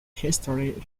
history